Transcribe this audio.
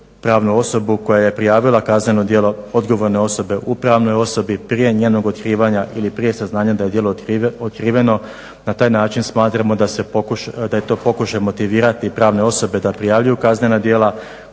pravnu osobu koja je prijavila kazneno djelo odgovorne osobe u pravnoj osobi prije njenog otkrivanja ili prije saznanja da je djelo otkriveno na taj način smatramo da je to pokušaj motivirati pravne osobe da prijavljuju kaznena djela